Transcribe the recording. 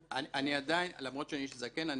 למרות שאני איש זקן,